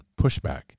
pushback